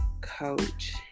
coach